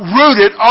rooted